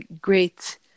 great